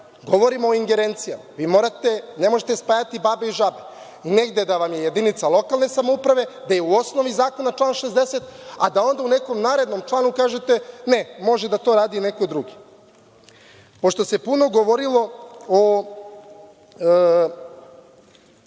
Govorimo o ingerencijama. Ne možete spajati babe i žabe, negde da vam je jedinica lokalne samouprave gde je u osnovi zakona član 60, a da onda u nekom narednom članu kažete – ne, može da to radi neko drugi. Pošto se puno govorilo o